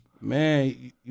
Man